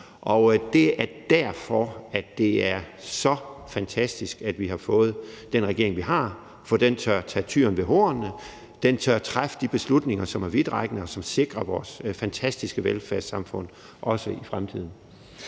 Det er derfor, det er så fantastisk, at vi har fået den regering, vi har, for den tør tage tyren ved hornene. Den tør træffe de beslutninger, som er vidtrækkende, og som sikrer vores fantastiske velfærdssamfund, også i fremtiden.